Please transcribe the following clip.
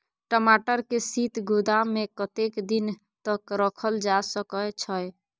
टमाटर के शीत गोदाम में कतेक दिन तक रखल जा सकय छैय?